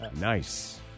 Nice